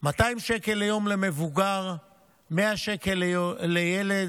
200 שקל ליום למבוגר ו-100 שקל לילד.